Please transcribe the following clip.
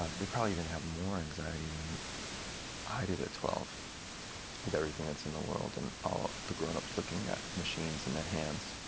they probably even have more anxiety than i did at twelve with everything that's in the world, and all the grownups looking at machines in their hands.